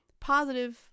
positive